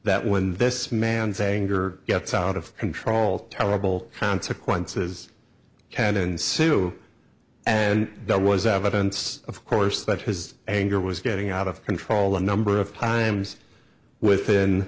that when this man's anger gets out of control terrible consequences can ensue and that was evidence of course that has anger was getting out of control a number of times within